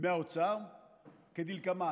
מהאוצר כדלקמן: